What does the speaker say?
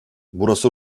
burası